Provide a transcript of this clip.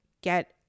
get